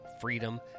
freedom